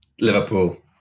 Liverpool